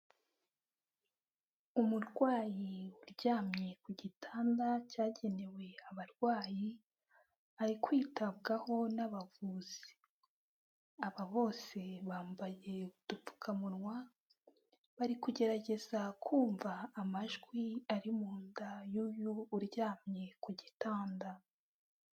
Umurwayi uryamye ku gitanda cyagenewe abarwayi ari kwitabwaho n'abavuzi, aba bose bambaye udupfukamunwa bari kugerageza kumva amajwi ari mu nda y'uyu uryamye ku gitanda.